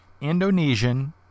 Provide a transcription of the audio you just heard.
Indonesian